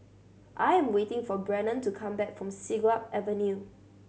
I am waiting for Brennan to come back from Siglap Avenue